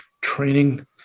training